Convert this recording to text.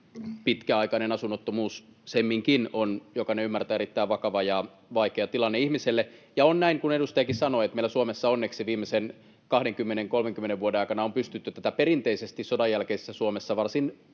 pitkäaikainen asunnottomuus semminkin — on, kuten jokainen ymmärtää, erittäin vakava ja vaikea tilanne ihmiselle. Ja on näin, kuten edustajakin sanoi, että meillä Suomessa onneksi viimeisen 20—30 vuoden aikana on pystytty tätä perinteisesti sodanjälkeisessä Suomessa